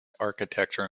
architecture